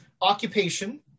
occupation